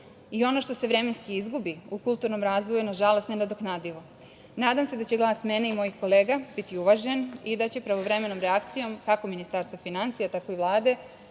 i ono što se vremenski izgubi u kulturnom razvoju je, nažalost, nenadoknadivo. Nadam se da će glas mene i mojih kolega biti uvažen i da će se pravovremenom reakcijom, kako Ministarstva finansija tako i Vlade,